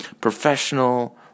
professional